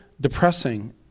depressing